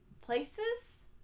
places